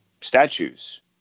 statues